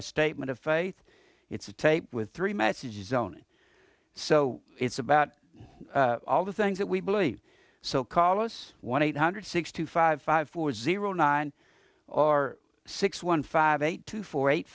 so statement of faith it's a tape with three messages zoning so it's about all the things that we believe so call us one eight hundred sixty five five four zero nine or six one five eight two four eight